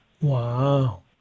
Wow